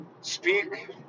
speak